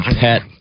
pet